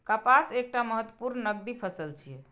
कपास एकटा महत्वपूर्ण नकदी फसल छियै